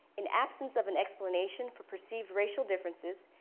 in absence of an explanation for perceived racial differences,